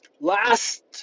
Last